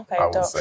Okay